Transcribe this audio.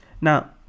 Now